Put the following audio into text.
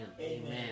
Amen